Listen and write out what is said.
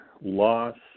loss